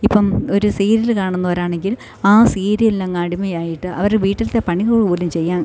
ഇപ്പം ഒരു സീരിയൽ കാണുന്നോരാണെങ്കിൽ ആ സീരിയലിനങ്ങടിമയായിട്ട് അവർ വീട്ടിലത്തെ പണികൾ പോലും ചെയ്യാൻ